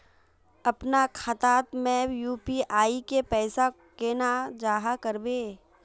अपना खाता में यू.पी.आई के पैसा केना जाहा करबे?